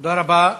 תודה רבה.